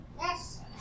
Yes